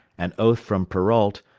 an oath from perrault,